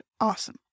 awesome